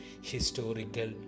historical